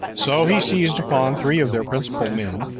so he seized upon three of their principal men,